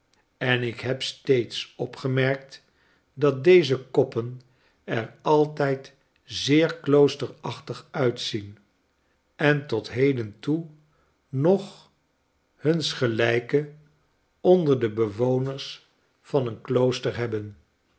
en ik heb steeds opgemerkt dat deze koppen er altijd zeer kloosterachtig uitzien en tot heden toe nog huns gelijke onder de bewoners van een klooster hebben